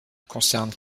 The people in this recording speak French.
concerne